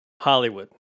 Hollywood